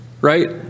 right